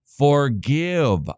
forgive